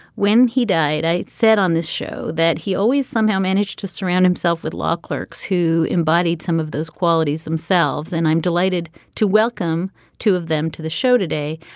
when he died i said on this show that he always somehow managed to surround himself with law clerks who embodied some of those qualities themselves and i'm delighted to welcome two of them to the show today.